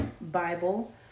Bible